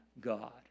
God